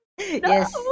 Yes